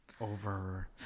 over